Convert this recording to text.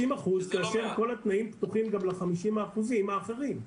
50% כאשר כל התנאים פתוחים גם ל-50% האחרים.